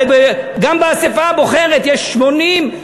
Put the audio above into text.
הרי גם באספה הבוחרת יש 80,